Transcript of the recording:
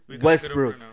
Westbrook